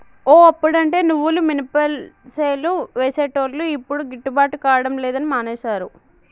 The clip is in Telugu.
ఓ అప్పుడంటే నువ్వులు మినపసేలు వేసేటోళ్లు యిప్పుడు గిట్టుబాటు కాడం లేదని మానేశారు